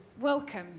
Welcome